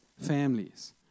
families